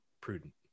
prudent